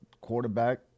quarterback